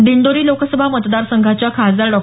दिंडोरी लोकसभा मतदार संघाच्या खासदार डॉ